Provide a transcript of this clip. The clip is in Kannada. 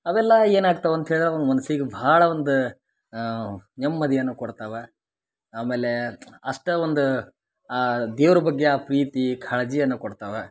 ಅವೆಲ್ಲಾ ಏನಾಗ್ತವೆ ಅಂತೇಳಿದ್ರ ಒನ್ ಮನ್ಸಿಗೆ ಭಾಳ ಒಂದು ನೆಮ್ಮದಿಯನ್ನ ಕೊಡ್ತವಾ ಆಮೇಲೇ ಅಷ್ಟಾ ಒಂದು ದೇವ್ರು ಬಗ್ಗೆ ಆ ಪ್ರೀತಿ ಕಾಳಜಿಯನ್ನು ಕೊಡ್ತವೆ